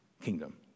kingdom